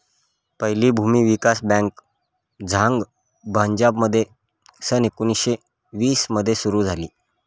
पहिली भूमी विकास बँक झांग पंजाबमध्ये सन एकोणीसशे वीस मध्ये सुरू झाली